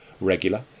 regular